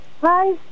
Hi